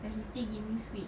but he still give me sweets